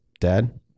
dad